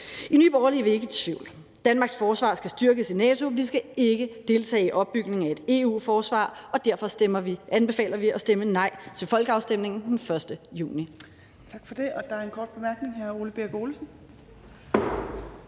I Nye Borgerlige er vi ikke i tvivl. Danmarks forsvar skal styrkes i NATO. Vi skal ikke deltage i opbygningen af et EU-forsvar, og derfor anbefaler vi at stemme nej til folkeafstemningen den 1. juni.